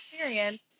experience